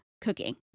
cooking